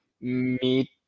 meet